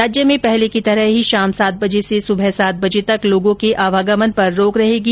राज्य में पहले की तरह ही शाम सात बजे से सुबह सात बजे तक लोगों के आवागमन पर रोक रहेगी